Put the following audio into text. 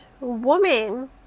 woman